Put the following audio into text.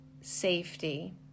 Safety